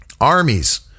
Armies